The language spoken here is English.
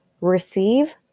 receive